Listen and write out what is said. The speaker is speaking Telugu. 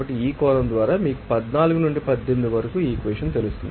కాబట్టి ఈ కోణం ద్వారా మీకు 14 నుండి 18 వరకు ఈక్వెషన్ తెలుసు